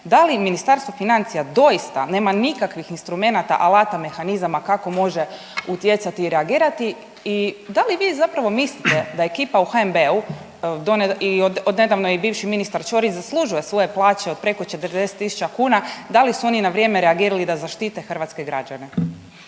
da li Ministarstvo financija doista nema nikakvih instrumenata, alata, mehanizama kako može utjecati i reagirati? I da li vi zapravo mislite da ekipa u HNB-u i odnedavno bivši ministar Ćorić zaslužuju svoje plaće od preko 40.000 kuna da li su oni na vrijeme reagirali da zaštite hrvatske građane?